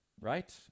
right